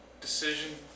decision